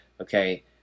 Okay